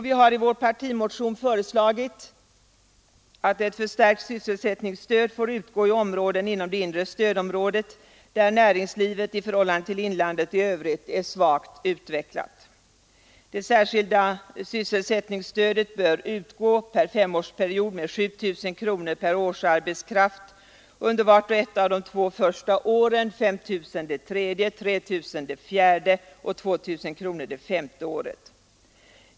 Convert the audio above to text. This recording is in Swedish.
Vi har i vår partimotion föreslagit att ett förstärkt sysselsättningsstöd får utgå i områden inom det inre stödområdet där näringslivet i förhållande till inlandet i övrigt är svagt utvecklat. Det särskilda sysselsättningsstödet bör utgå per femårsperiod med 7 000 kronor per årsarbetskraft under vart och ett av de två första åren, med 5 000 kronor det tredje, 3 000 kronor det fjärde och 2 000 kronor det femte året.